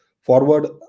forward